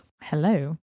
Hello